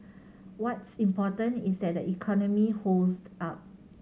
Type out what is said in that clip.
what's important is that the economy holds up